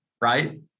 right